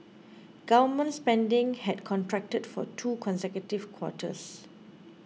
government spending had contracted for two consecutive quarters